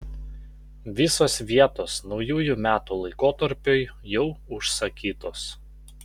visos vietos naujųjų metų laikotarpiui jau užsakytos